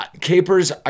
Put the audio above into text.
Capers